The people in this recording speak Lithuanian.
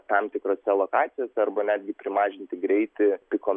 tam tikrose lokacijose arba netgi primažinti greitį piko